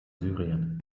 syrien